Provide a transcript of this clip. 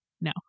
no